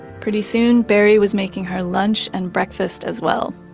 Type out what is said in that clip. pretty soon, barry was making her lunch and breakfast as well.